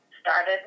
started